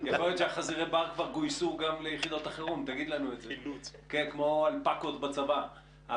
יכול להיות שחזירי הבר כבר גויסו גם ליחידות החירום כמו אלפקות בצבא.